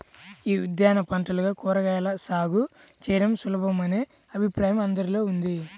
యీ ఉద్యాన పంటలుగా కూరగాయల సాగు చేయడం సులభమనే అభిప్రాయం అందరిలో ఉంది